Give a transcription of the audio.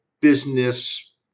business